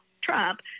Trump